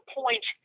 point